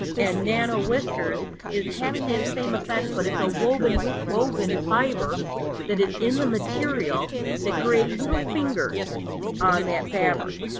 and nano whiskers is having the same effect but it's a woven woven fiber that is in the material that create little fingers on that fabric.